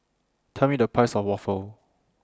Tell Me The Price of Waffle